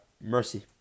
mercy